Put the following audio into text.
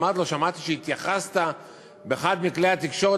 ואמרתי לו: שמעתי שהתייחסת באחד מכלי התקשורת